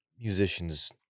musicians